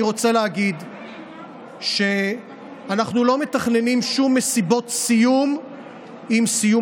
אני רוצה להגיד שאנחנו לא מתכננים שום מסיבות לסיום הקורונה.